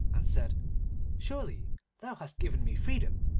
and said surely thou hast given me freedom,